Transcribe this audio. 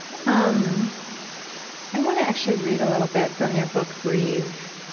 um i want to actually read a little bit from your book breathe.